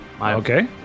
Okay